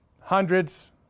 hundreds